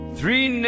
Three